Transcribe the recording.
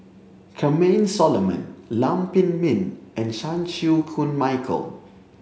Charmaine Solomon Lam Pin Min and Chan Chew Koon Michael